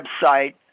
website